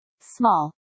Small